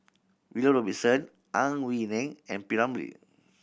William Robinson Ang Wei Neng and P Ramlee